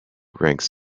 ranks